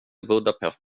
budapest